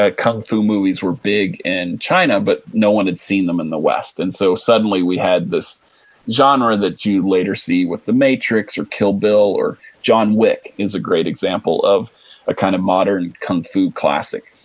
ah kung fu movies were big in china, but no one had seen them in the west. and so suddenly we had this genre that you later see with the matrix or kill bill of john wick is a great example of a kind of modern kung fu classic